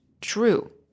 true